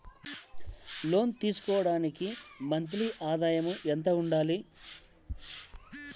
లోను తీసుకోవడానికి మంత్లీ ఆదాయము ఎంత ఉండాలి?